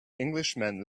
englishman